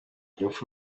urupfu